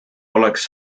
oleks